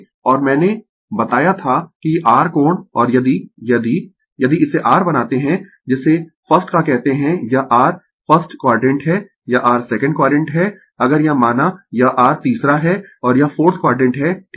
और मैंने बताया था कि r कोण और यदि यदि यदि इसे r बनाते है जिसे 1st का कहते है यह R 1st क्वाडरेंट है यह R 2nd क्वाडरेंट है अगर माना यह r तीसरा है और यह 4th क्वाडरेंट है ठीक है